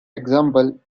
example